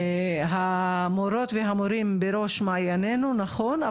המורות והמורים בראש מעיינינו נכון,